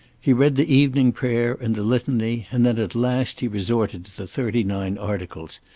he read the evening prayer and the litany, and then at last he resorted to the thirty-nine articles,